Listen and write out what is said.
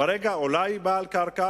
אולי בעל קרקע